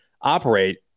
operate